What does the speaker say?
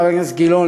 חבר הכנסת גילאון,